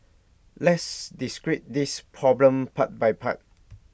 let's this problem part by part